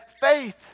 faith